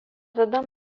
tada